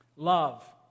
love